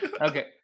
Okay